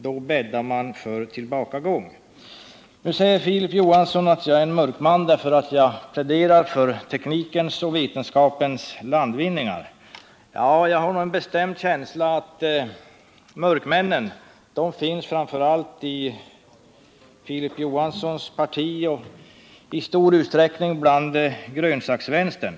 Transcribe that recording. Då bäddar man för tillbakagång. Nu säger Filip Johansson att jag är en mörkman därför att jag pläderar för teknikens och vetenskapens landvinningar. Jag har en bestämd känsla av att mörkmännen finns framför allt i Filip Johanssons parti och i stor utsträckning bland grönsaksvänstern.